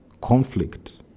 conflict